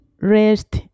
rest